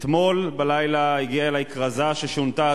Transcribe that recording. אתמול בלילה הגיעה אלי כרזה ששונתה,